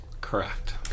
Correct